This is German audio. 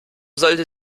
sollte